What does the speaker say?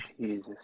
Jesus